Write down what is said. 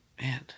Man